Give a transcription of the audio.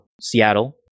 Seattle